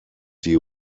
die